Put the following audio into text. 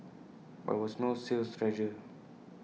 but IT was no sales treasure